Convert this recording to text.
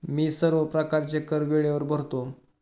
मी सर्व प्रकारचे कर वेळेवर भरतो